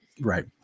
Right